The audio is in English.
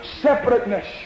Separateness